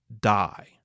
die